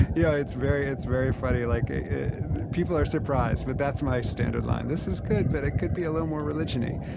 yeah it's very it's very funny. like people are surprised, but that's my standard line this is good, but it could be a little more religion-y.